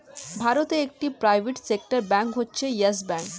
ভারতে একটি private sector bank হচ্ছে ইয়েস ব্যাঙ্ক